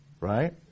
Right